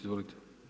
Izvolite.